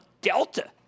Delta